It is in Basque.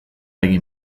egin